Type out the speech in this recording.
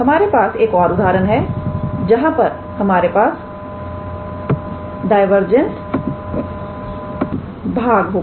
हमारे पास एक और उदाहरण है जहां पर हमारे पास डायवर्जेंस भाग होगा